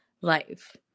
life